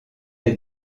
les